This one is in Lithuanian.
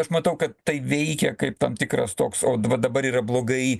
aš matau kad tai veikia kaip tam tikras toks o va dabar yra blogai